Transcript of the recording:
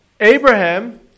Abraham